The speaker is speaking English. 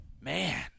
Man